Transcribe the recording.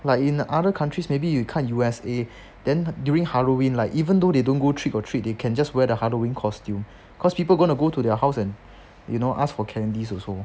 like in other countries maybe you 看 U_S_A then during halloween like even though they don't go trick or treat they can just wear the halloween costume cause people are going to go to their house and you know ask for candies also